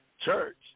church